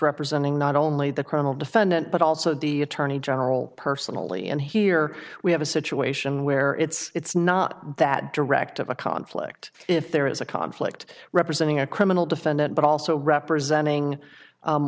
representing not only the criminal defendant but also the attorney general personally and here we have a situation where it's not that direct of a conflict if there is a conflict representing a criminal defendant but also representing